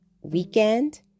weekend